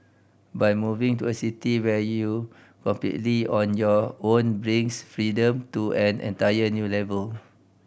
but moving to a city where you completely on your own brings freedom to an entire new level